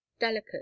delicate